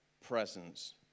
presence